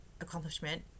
accomplishment